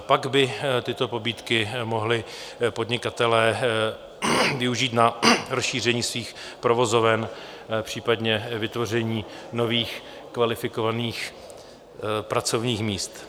Pak by tyto pobídky mohli podnikatelé využít na rozšíření svých provozoven, případně vytvoření nových kvalifikovaných pracovních míst.